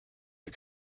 was